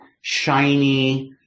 shiny